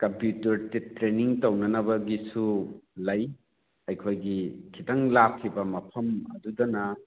computer training ꯇꯧꯅꯅꯕꯒꯤꯁꯨ ꯂꯩ ꯑꯩꯈꯣꯏꯒꯤ ꯈꯤꯇꯪ ꯂꯥꯞꯈꯤꯕ ꯃꯐꯝ ꯑꯗꯨꯗꯅ